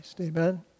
Amen